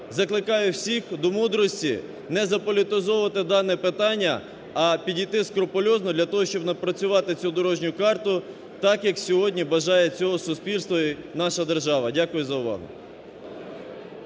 закликаю всіх до мудрості, не заполітизовувати дане питання, а підійти скрупульозно для того, щоб напрацювати цю дорожню карту так, як сьогодні бажає цього суспільство і наша держава. Дякую за увагу.